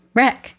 Wreck